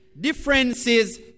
Differences